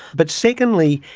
but secondly,